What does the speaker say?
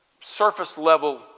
surface-level